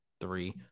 three